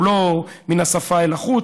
לא מן השפה ולחוץ,